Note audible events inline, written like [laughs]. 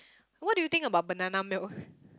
what do you think about banana milk [laughs]